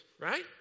right